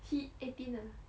he eighteen ah